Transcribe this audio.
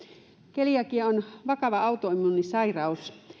keliakia on vakava autoimmuunisairaus